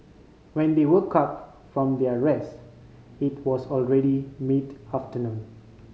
when they woke up from their rest it was already mid afternoon